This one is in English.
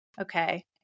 okay